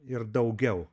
ir daugiau